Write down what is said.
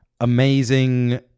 amazing